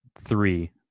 three